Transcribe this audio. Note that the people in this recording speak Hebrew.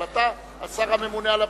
אבל אתה השר הממונה על הבריאות.